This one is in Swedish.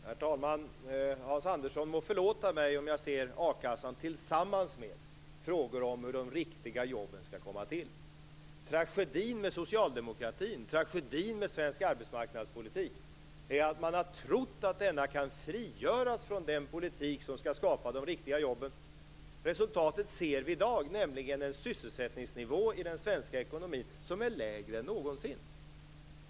Herr talman! Hans Andersson må förlåta mig om jag ser a-kassan tillsammans med frågor om hur de riktiga jobben skall komma till. Tragedin för socialdemokratin och tragedin för svensk arbetsmarknadspolitik är att man har trott att denna kan frigöras från den politik som skall skapa de riktiga jobben. Resultatet ser vi i dag, nämligen en sysselsättningsnivå i den svenska ekonomin som är lägre än någonsin.